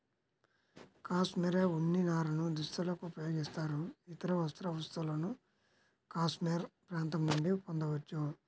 cashmere ఉన్ని నారను దుస్తులకు ఉపయోగిస్తారు, ఇతర వస్త్ర వస్తువులను కాష్మెరె ప్రాంతం నుండి పొందవచ్చు